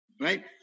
Right